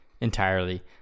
Entirely